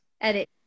edit